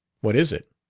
what is it?